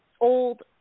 old